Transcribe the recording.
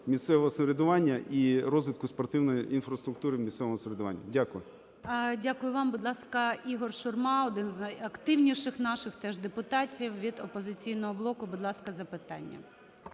місцевого самоврядування і розвитку спортивної інфраструктури місцевого самоврядування. Дякую. ГОЛОВУЮЧИЙ. Дякую вам. Будь ласка, Ігор Шурма, один з найактивніших наших теж депутатів від "Опозиційного блоку". Будь ласка, запитання.